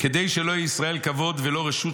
"כדי שלא יהיה לישראל כבוד ולא רשות,